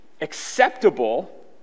acceptable